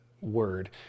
word